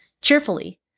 cheerfully